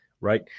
right